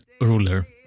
ruler